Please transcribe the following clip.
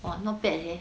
!wah! not bad leh